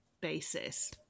basis